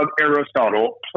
Aristotle